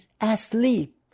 asleep